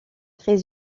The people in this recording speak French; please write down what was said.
très